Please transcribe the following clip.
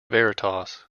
veritas